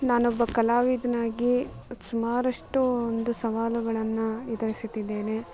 ನಾನೊಬ್ಬ ಕಲಾವಿದನಾಗಿ ಸುಮಾರಷ್ಟು ಒಂದು ಸವಾಲುಗಳನ್ನು ಎದುರಿಸುತ್ತಿದ್ದೇನೆ